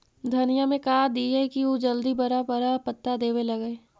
धनिया में का दियै कि उ जल्दी बड़ा बड़ा पता देवे लगै?